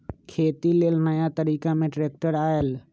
खेती लेल नया तरिका में ट्रैक्टर आयल